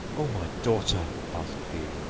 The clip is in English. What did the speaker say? o my daughter, asked he,